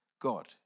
God